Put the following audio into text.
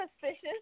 suspicious